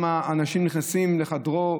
ושם אנשים נכנסים לחדרו,